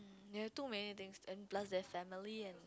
you too many things and plus there's family and